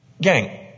Gang